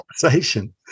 conversation